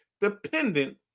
dependent